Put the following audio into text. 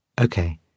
Okay